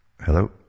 Hello